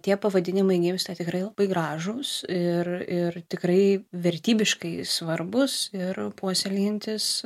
tie pavadinimai gimsta tikrai labai gražūs ir ir tikrai vertybiškai svarbūs ir puoselėjantys